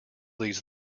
leads